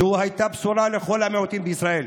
זו הייתה בשורה לכל המיעוטים בישראל.